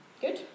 good